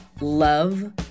love